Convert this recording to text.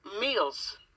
meals